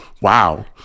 Wow